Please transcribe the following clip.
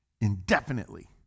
indefinitely